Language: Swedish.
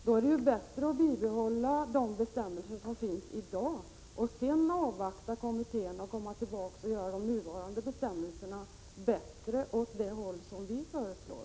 Då är det bättre att bibehålla de bestämmelser som finns i dag och avvakta kommitténs förslag för att sedan göra de nuvarande bestämmelserna bättre, i den riktning som vi föreslår.